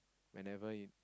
whenever you